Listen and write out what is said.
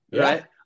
Right